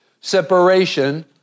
separation